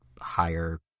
higher